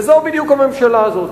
וזו בדיוק הממשלה הזאת.